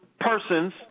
persons